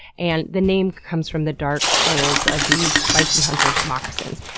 and the name comes from the dark soles of these bison hunters' moccasins.